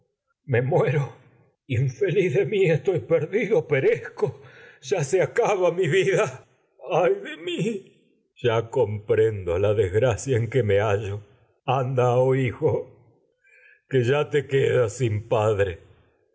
me se muero in de mí estoy perdido ya acaba mi vida hallo ay de mí ya comprendo la desgracia en que me anda todos oh hijo que ya te quedas sin padre